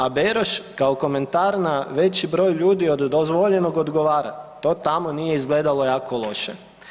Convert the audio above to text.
A Beroš kao komentar na veći broj ljudi od dozvoljenog odgovora „to tamo nije izgledalo jako loše“